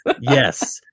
Yes